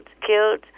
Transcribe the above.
killed